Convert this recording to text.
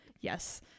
Yes